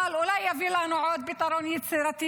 אבל אולי יביא לנו עוד פתרון יצירתי